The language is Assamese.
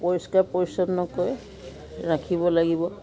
পৰিষ্কাৰ পৰিচ্ছন্নকৈ ৰাখিব লাগিব